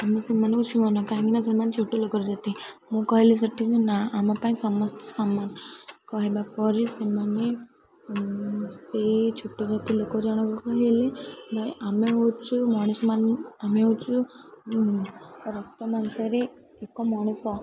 ଆମେ ସେମାନଙ୍କୁ ଛୁଅଁ ନା କାହିଁକି ନା ସେମାନେ ଛୋଟ ଲୋକର ଜାତି ମୁଁ କହିଲି ସେଠି ଯେ ନା ଆମ ପାଇଁ ସମସ୍ତେ ସମାନ କହିବା ପରେ ସେମାନେ ସେଇ ଛୋଟ ଜାତି ଲୋକ ଜଣକୁ କହିଲେ ଭାଇ ଆମେ ହେଉଛୁ ମଣିଷ ଆମେ ହେଉଛୁ ରକ୍ତ ମାସରେ ଏକ ମଣିଷ